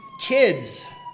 Kids